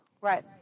Right